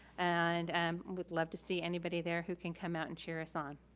and and would love to see anybody there who can come out and cheer us on.